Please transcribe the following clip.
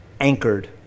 anchored